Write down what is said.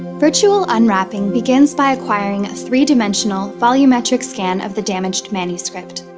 virtual unwrapping begins by acquiring a three-dimensional volumetric scan of the damaged manuscript.